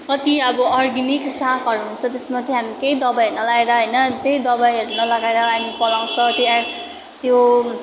कति अब अर्ग्यानिक सागहरू हुन्छ त्यसमा चाहिँ हामी केही दबाईहरू नलगाएर होइन त्यही दबाईहरू नलगाएर हामी फलाउँछ त्यो ए त्यो